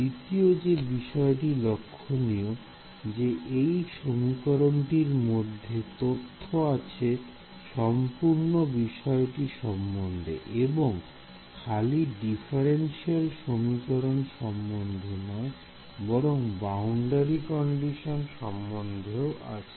দ্বিতীয় যে বিষয়টি লক্ষণীয় যে এই সমীকরণটির মধ্যে তথ্য আছে সম্পূর্ণ বিষয়টি সম্বন্ধে এবং খালি ডিফারেন্সিয়াল সমীকরণ সম্বন্ধে নয় বরং বাউন্ডারি কন্ডিশন সম্বন্ধেও আছে